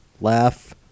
laugh